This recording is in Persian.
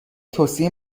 توصیه